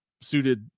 suited